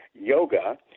yoga